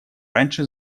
раньше